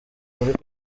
muri